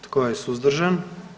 Tko je suzdržan?